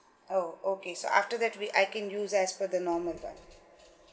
oh okay so after that we I can use that for the normal one